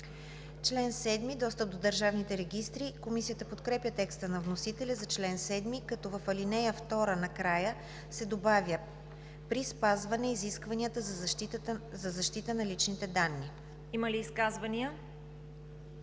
„Член 7 – Достъп до държавните регистри“. Комисията подкрепя текста на вносителя за чл. 7, като в ал. 2 накрая се добавя „при спазване изискванията за защита на личните данни“. ПРЕДСЕДАТЕЛ